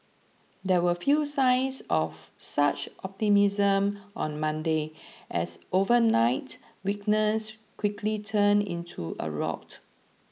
there were few signs of such optimism on Monday as overnight weakness quickly turned into a rout